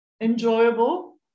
enjoyable